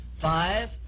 Five